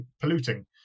polluting